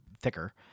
thicker